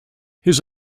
his